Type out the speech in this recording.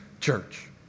church